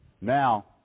Now